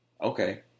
okay